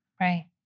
right